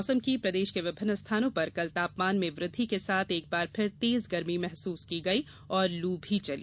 मौसम प्रदेश के विभिन्न स्थानों पर कल तापमान में वृद्धि के साथ एक बार फिर तेज गर्मी महसूस की गई और लू चली